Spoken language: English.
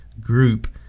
group